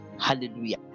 hallelujah